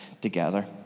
together